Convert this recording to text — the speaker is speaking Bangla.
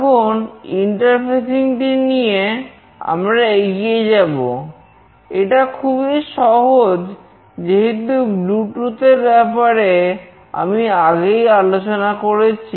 এখন ইন্টারফেসিং এর ব্যাপারে আমি আগেই আলোচনা করেছি